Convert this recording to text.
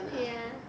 ya